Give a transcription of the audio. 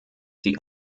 die